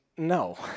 No